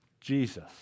Jesus